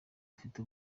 afite